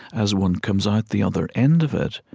as one comes out the other end of it,